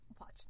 watch